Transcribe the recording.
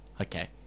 Okay